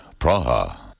Praha